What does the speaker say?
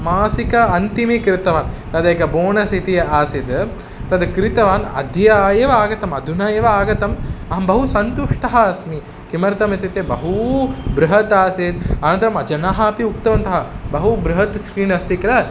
मासिकान्तिमे क्रीतवान् तदेकं बोणस् इति आसीत् तद् क्रीतवान् अद्य एव आगतम् अधुना एव आगतम् अहं बहु सन्तुष्टः अस्मि किमर्थम् इत्युक्ते बहु बृहद् आसीत् अनन्तरं जनाः अपि उक्तवन्तः बहु बृहत् स्क्रीन् अस्ति किल